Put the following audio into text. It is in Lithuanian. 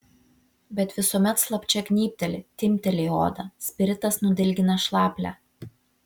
bet visuomet slapčia gnybteli timpteli odą spiritas nudilgina šlaplę